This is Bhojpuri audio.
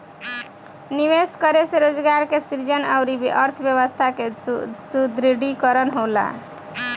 निवेश करे से रोजगार के सृजन अउरी अर्थव्यस्था के सुदृढ़ीकरन होला